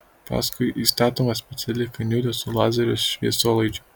paskui įstatoma speciali kaniulė su lazerio šviesolaidžiu